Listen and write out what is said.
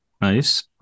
Nice